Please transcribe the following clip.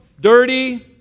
dirty